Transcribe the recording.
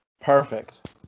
Perfect